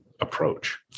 approach